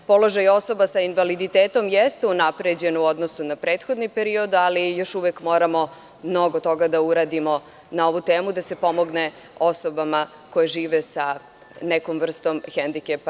Položaj osoba sa invaliditetom jeste unapređen u odnosu na prethodni period, ali još uvek moramo mnogo toga da uradimo na ovu temu, da se pomogne osobama koje žive sa nekom vrstom hendikepa.